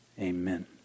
Amen